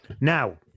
Now